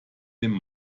dem